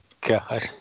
God